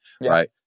right